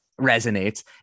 resonates